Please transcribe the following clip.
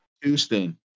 Houston